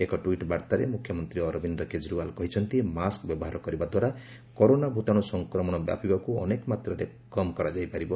ଏକ ଟ୍ୱିଟ୍ ବାର୍ତ୍ତାରେ ମୁଖ୍ୟମନ୍ତ୍ରୀ ଅରବିନ୍ଦ କେଜରିଓ୍ବାଲ କହିଛନ୍ତି ମାସ୍କ ବ୍ୟବହାର କରିବା ଦ୍ୱାରା କରୋନା ଭୂତାଣୁ ସଂକ୍ରମଣ ବ୍ୟାପିବାକୁ ଅନେକ ମାତ୍ରାରେ କମ୍ କରାଯାଇ ପାରିବ